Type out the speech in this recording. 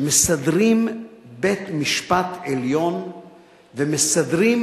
שמסדרים בית-משפט עליון ומסדרים